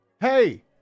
Hey